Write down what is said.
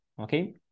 okay